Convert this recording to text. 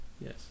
Yes